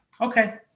Okay